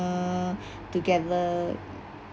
ugh together